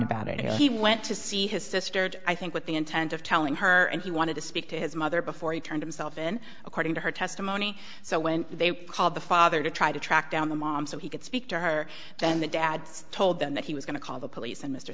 about it he went to see his sister i think with the intent of telling her and he wanted to speak to his mother before he turned himself in according to her testimony so when they called the father to try to track down the mom so he could speak to her then that dad's told them that he was going to call the police and mr